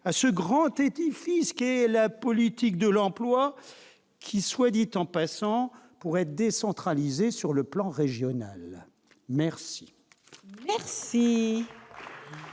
à ce grand édifice qu'est la politique de l'emploi, laquelle, soit dit en passant, pourrait être décentralisée sur le plan régional. Bravo